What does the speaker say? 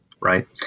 Right